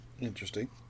interesting